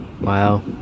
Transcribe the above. Wow